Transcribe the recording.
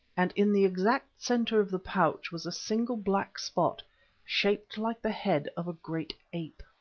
and in the exact centre of the pouch was a single black spot shaped like the head of a great ape.